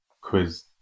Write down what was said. quiz